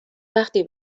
وقتی